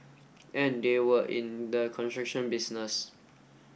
and they were in the construction business